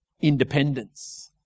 independence